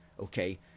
Okay